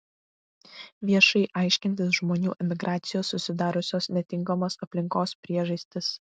viešai aiškintis žmonių emigracijos susidariusios netinkamos aplinkos priežastis